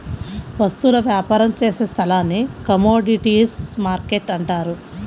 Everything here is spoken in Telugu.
వస్తువుల వ్యాపారం చేసే స్థలాన్ని కమోడీటీస్ మార్కెట్టు అంటారు